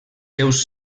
seus